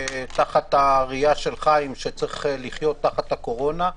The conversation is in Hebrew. תחת הראייה של חיים שצריך לחיות תחת הקורונה.